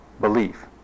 belief